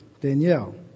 Danielle